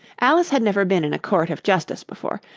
alice had never been in a court of justice before,